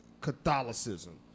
Catholicism